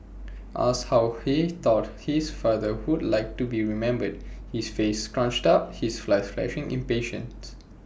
asked how he thought his father would like to be remembered his face scrunched up his eyes flashing impatience